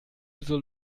soll